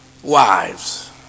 Wives